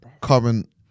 current